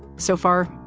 so far,